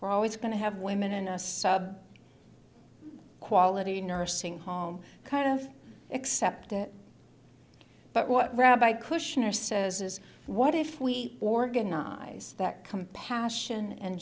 we're always going to have women in a sub quality nursing home kind of accept it but what rabbi cushion or says is what if we organize that compassion and